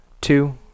two